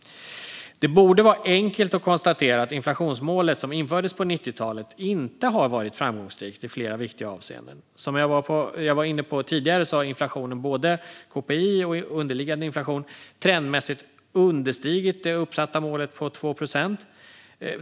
Det borde vara enkelt att konstatera att inflationsmålet, som infördes på 90-talet, inte har varit framgångsrikt i flera viktiga avseenden. Som jag var inne på tidigare har inflationen - både KPI och underliggande inflation - trendmässigt understigit det uppsatta målet på 2 procent.